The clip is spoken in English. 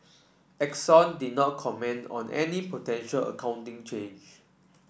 Exxon did not comment on any potential accounting change